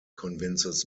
convinces